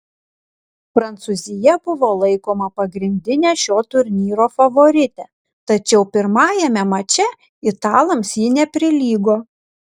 prancūzija buvo laikoma pagrindine šio turnyro favorite tačiau pirmajame mače italams ji neprilygo